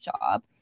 job